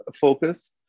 focus